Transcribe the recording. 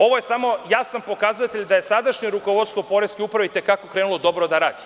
Ovo je samo jasan pokazatelj da je sadašnje rukovodstvo poreske uprave i te kako krenulo dobro da radi.